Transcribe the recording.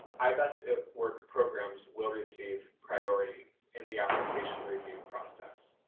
i-best at work programs will receive priority in the application review process.